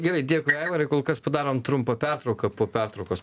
gerai dėkui aivarai kol kas padarom trumpą pertrauką po pertraukos